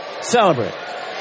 celebrate